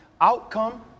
outcome